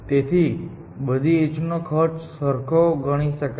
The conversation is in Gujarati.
તેથી બધી એજ ને ખર્ચનો સરખો ગણી શકાય